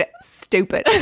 stupid